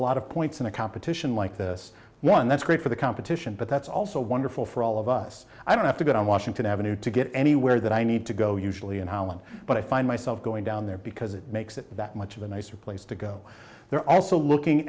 lot of points in a competition like this one that's great for the competition but that's also wonderful for all of us i don't have to get on washington avenue to get anywhere that i need to go usually in holland but i find myself going down there because it makes it that much of a nicer place to go they're also looking